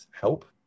help